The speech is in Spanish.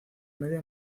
media